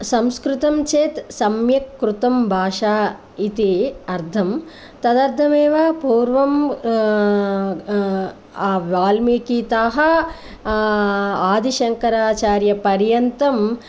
संस्कृतं चेत् सम्यक् कृतं भाषा इति अर्थः तदर्थमेव पूर्वं वाल्मीकितः आदिशङ्कराचार्यपर्यन्तम्